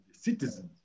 citizens